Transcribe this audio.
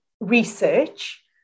research